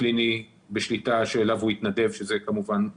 קליני אליו הוא התנדב שזה כמובן מבורך.